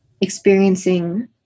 experiencing